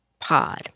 pod